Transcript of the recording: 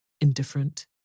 indifferent